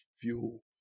fuel